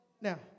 Now